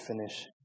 finish